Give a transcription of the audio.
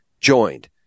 joined